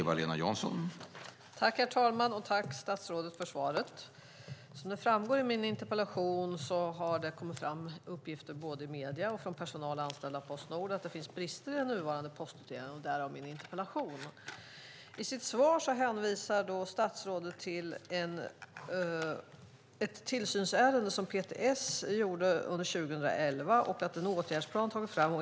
Herr talman! Tack, statsrådet, för svaret! Som framgår i min interpellation har det kommit fram uppgifter både i medierna och från anställda på Post Nord att det finns brister i den nuvarande postutdelningen. I sitt svar hänvisar statsrådet till ett tillsynsärende som PTS initierade under 2011 och till att en åtgärdsplan har tagit fram.